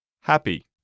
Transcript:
Happy